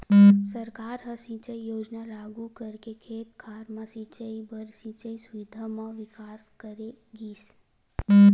सरकार ह सिंचई योजना लागू करके खेत खार म सिंचई बर सिंचई सुबिधा म बिकास करे गिस